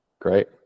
great